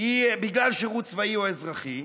בגלל שירות צבאי או אזרחי,